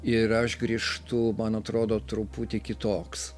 ir aš grįžtu man atrodo truputį kitoks